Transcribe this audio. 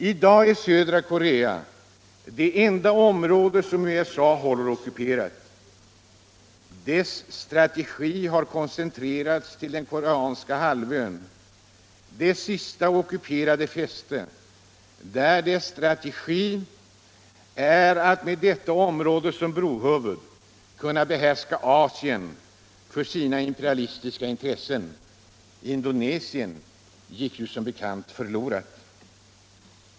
I dag är södra Korea det enda område som USA håller ockuperat. Dess strategi har koncentrerats till den koreanska halvön, dess sista ockuperade fäste, där dess strategi är att med detta område som brohuvud kunna behärska Asien för sina imperialistiska intressen. Indonesien gick som bekant förlorat.